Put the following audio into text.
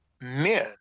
men